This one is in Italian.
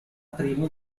primo